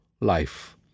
life